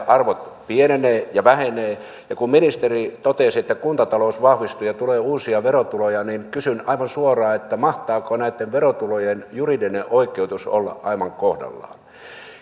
arvot pienenevät ja vähenevät kun ministeri totesi että kuntatalous vahvistuu ja tulee uusia verotuloja niin kysyn aivan suoraan mahtaako näitten verotulojen juridinen oikeutus olla aivan kohdallaan